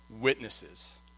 witnesses